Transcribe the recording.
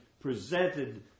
presented